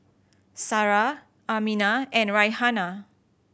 Sarah Aminah and Raihana